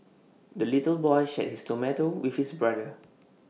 the little boy shared his tomato with his brother